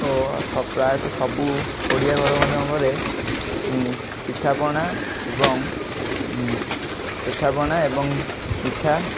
ଓ ସ ପ୍ରାୟତଃ ସବୁ ଓଡ଼ିଆ ଘର ମାନଙ୍କରେ ପିଠାପଣା ଏବଂ ପିଠାପଣା ଏବଂ ମିଠା